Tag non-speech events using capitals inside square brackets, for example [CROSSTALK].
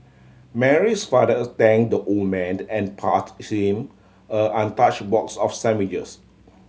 Mary's father thank the old man [UNINTELLIGIBLE] and passed him [HESITATION] untouch box of sandwiches